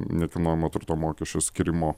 nekilnojamo turto mokesčio skyrimo